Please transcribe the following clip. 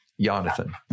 Jonathan